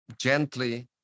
gently